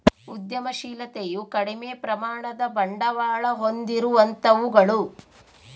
ಉದ್ಯಮಶಿಲತೆಯು ಕಡಿಮೆ ಪ್ರಮಾಣದ ಬಂಡವಾಳ ಹೊಂದಿರುವಂತವುಗಳು